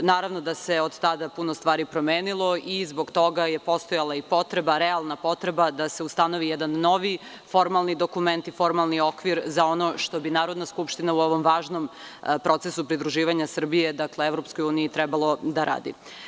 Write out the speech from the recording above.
Naravno da se od tada puno stvari promenilo i zbog toga je postojala potreba, realna potreba da se ustanovi jedan novi formalni dokument i formalni okvir za ono što bi Narodna skupština u ovom važnom procesu pridruživanja Srbije EU trebalo da radi.